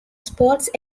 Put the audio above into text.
sports